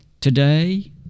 Today